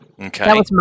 Okay